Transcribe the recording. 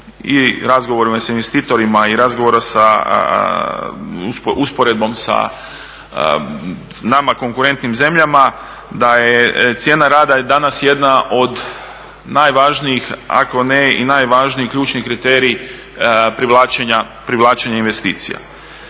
i razgovorima s investitorima i razgovora sa, usporedbom sa nama konkurentnim zemljama, da je cijena rada je danas jedna od najvažnijih, ako ne i najvažniji ključni kriterij privlačenja investicija.